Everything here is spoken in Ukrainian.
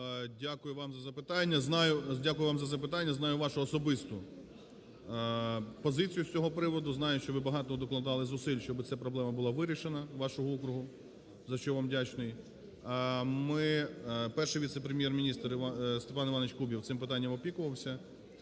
Дякую вам за запитання. Знаю вашу особисту позицію з цього приводу, знаю, що ви багато докладали зусиль, щоби ця проблема була вирішена у вашому окрузі, за що вам вдячний. Ми… Перший віце-прем'єр-міністр Степан Іванович Кубів цим питанням опікувався,